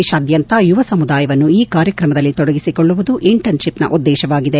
ದೇಶಾದ್ಯಂತ ಯುವ ಸಮುದಾಯವನ್ನು ಈ ಕಾರ್ಯಕ್ರಮದಲ್ಲಿ ತೊಡಗಿಸಿಕೊಳ್ಳುವುದು ಇಂಟರ್ನ್ತಿಪ್ನ ಉದ್ದೇಶವಾಗಿದೆ